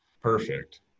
perfect